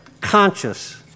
conscious